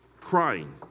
Crying